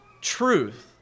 truth